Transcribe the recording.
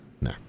No